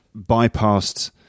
bypassed